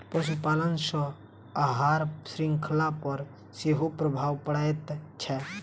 पशुपालन सॅ आहार शृंखला पर सेहो प्रभाव पड़ैत छै